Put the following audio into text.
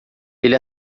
ele